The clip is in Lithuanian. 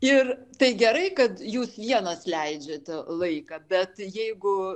ir tai gerai kad jūs vienas leidžiate laiką bet jeigu